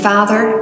Father